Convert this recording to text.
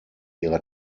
ihrer